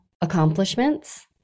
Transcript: accomplishments